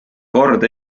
kord